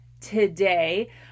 today